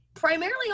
Primarily